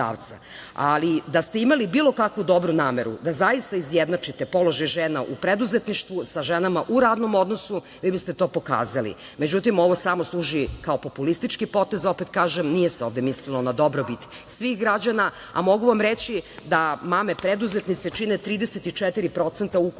ali da ste imali bilo kakvu dobru nameru da zaista izjednačite položaj žena u preduzetništvu sa ženama u radnom odnosu vi biste to pokazali. Međutim, ovo samo služi kao populistički potez, opet kažem nije se ovde mislilo na dobrobit svih građana, a mogu vam reći da mame preduzetnice čine 34% ukupnih